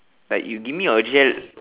like you give me your gel